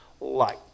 light